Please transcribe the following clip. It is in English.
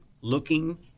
looking